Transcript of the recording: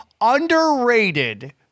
underrated